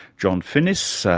john finnis, so